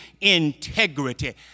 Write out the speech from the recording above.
integrity